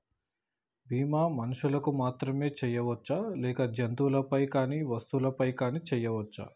బీమా మనుషులకు మాత్రమే చెయ్యవచ్చా లేక జంతువులపై కానీ వస్తువులపై కూడా చేయ వచ్చా?